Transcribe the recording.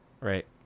Right